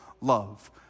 love